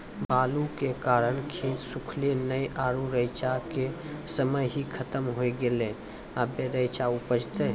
बालू के कारण खेत सुखले नेय आरु रेचा के समय ही खत्म होय गेलै, अबे रेचा उपजते?